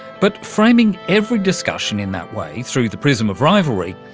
but framing every discussion in that way, through the prism of rivalry,